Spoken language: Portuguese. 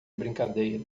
brincadeira